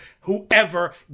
Whoever